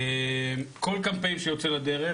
כל קמפיין שיוצא לדרך,